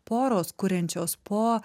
poros kuriančios po